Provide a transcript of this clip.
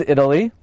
Italy